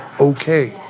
okay